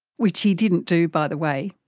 which he didn't do, by the way.